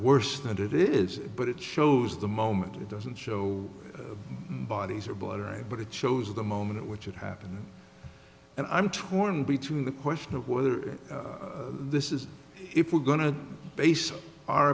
worse than it is but it shows the moment it doesn't show bodies or border but it shows the moment at which it happened and i'm torn between the question of whether this is if we're going to base our